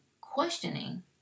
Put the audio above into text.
questioning